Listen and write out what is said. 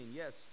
yes